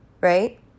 right